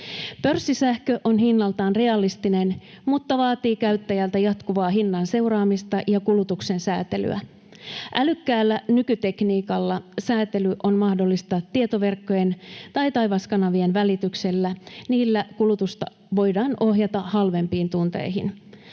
Pörssisähkö on hinnaltaan realistinen, mutta vaatii käyttäjältä jatkuvaa hinnan seuraamista ja kulutuksen säätelyä. Älykkäällä nykytekniikalla säätely on mahdollista tietoverkkojen tai taivaskanavien välityksellä. Niillä kulutusta voidaan ohjata halvempiin tunteihin.